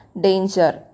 danger